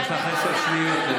יש לך עשר שניות.